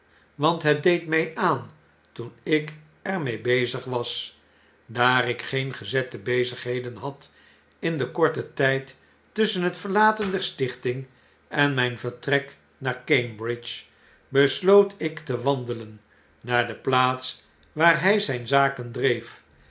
want het deed my aan toen ik er mee bezig was daar ik geen gezette bezigheden had in den korten tijd tusschen het verlaten der stichting en mijn vertrek naar cambridge besloot ik te wandelen naar de plaats waar hij zyn zaken dreef